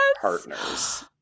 partners